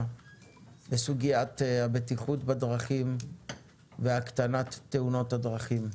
בסוגיית הבטיחות בדרכים והפחתת תאונות הדרכים.